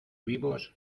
vivos